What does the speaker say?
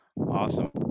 Awesome